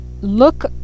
Look